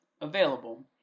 available